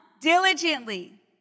diligently